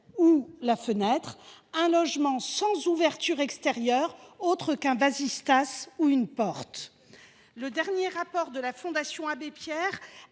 ou la fenêtre, logements sans ouverture extérieure autre qu’un vasistas ou une porte, etc. Dans le dernier rapport de la Fondation Abbé Pierre,